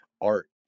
art